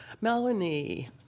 Melanie